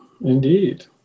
indeed